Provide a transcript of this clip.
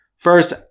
First